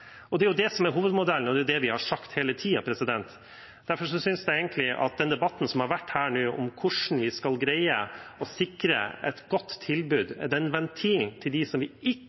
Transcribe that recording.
Det er hovedmodellen, og det vi har sagt hele tiden. Derfor synes jeg egentlig at den debatten som har vært her nå om hvordan vi skal greie å sikre et godt tilbud, den ventilen, til dem som vi